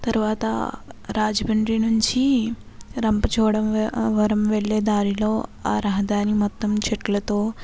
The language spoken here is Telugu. తర్వాత రాజమండ్రి నుంచి రంపచోడవరం వెళ్ళే దారిలో ఆ రహదారి మొత్తం చెట్లతో